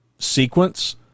sequence